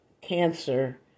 cancer